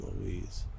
Louise